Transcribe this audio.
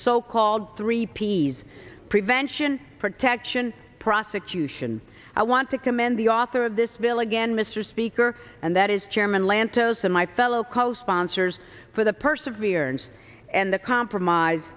so called three p s prevention protection prosecution i want to commend the author of this bill again mr speaker and that is chairman lantos and my fellow co sponsors for the perseverance and the compromise